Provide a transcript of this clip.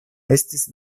estis